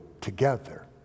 together